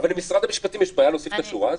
אבל למשרד המשפטים יש בעיה להוסיף את השורה הזאת?